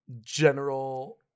general